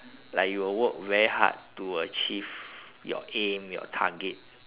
like you will work very hard to achieve your aim your target